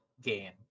game